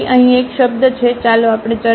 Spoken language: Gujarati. તેથી અહીં એક શબ્દ છે ચાલો આપણે ચર્ચા કરીએ